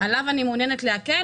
עליו אני מעוניינת להקל,